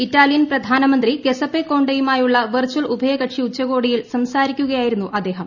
Italian പ്രധാനമന്ത്രി Giuseppe കോണ്ടെയുമായുള്ള virtual ഉഭയകക്ഷി ഉച്ചകോടിയിൽ സംസാരിക്കുകയായിരുന്നു അദ്ദേഹം